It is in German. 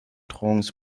trance